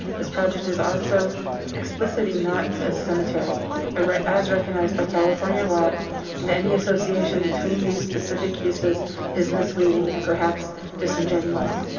this project is also explicitly not a cemetery ah as recognized by california law and any association between these specific uses is misleading and perhaps disingenuous.